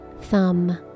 thumb